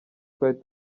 twari